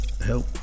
help